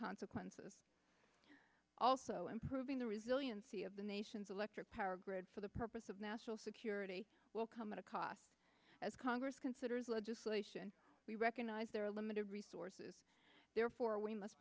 consequences also improving the resiliency of the nation's electric power grid for the purpose of national security will come at a cost as congress considers legislation we recognize there are limited resources therefore we must